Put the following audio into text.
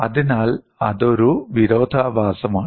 അതിനാൽ അതൊരു വിരോധാഭാസമാണ്